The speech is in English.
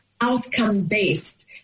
outcome-based